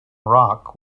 rock